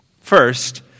First